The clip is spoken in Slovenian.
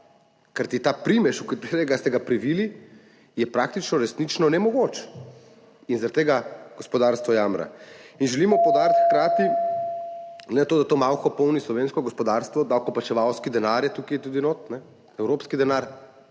Kajti ta primež, v katerega ste ga privili, je praktično resnično nemogoč. In zaradi tega gospodarstvo jamra. In želimo poudariti hkrati – glede na to, da to malho polni slovensko gospodarstvo, davkoplačevalski denar je tudi tukaj noter, evropski denar